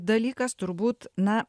dalykas turbūt na